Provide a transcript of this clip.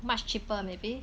much cheaper maybe